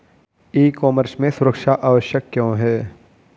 ई commerce में सुरक्षा आवश्यक क्यों है?